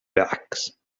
backs